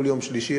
כל יום שלישי,